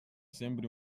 sembri